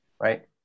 Right